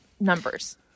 numbers